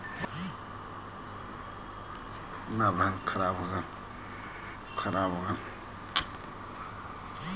Card block करे बदी के के सूचित करें के पड़ेला?